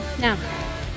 Now